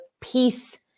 peace